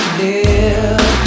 live